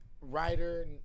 writer